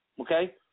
Okay